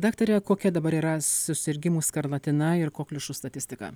daktare kokia dabar yra susirgimų skarlatina ir kokliušu statistika